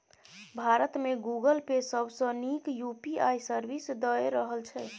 भारत मे Google Pay सबसँ नीक यु.पी.आइ सर्विस दए रहल छै